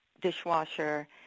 dishwasher